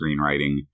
screenwriting